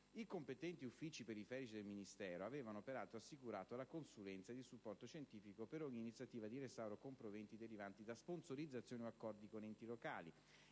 I competenti uffici periferici del Ministero avevano peraltro assicurato la consulenza ed il supporto scientifico per ogni iniziativa di restauro con proventi derivanti da sponsorizzazioni o accordi con enti locali.